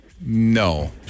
No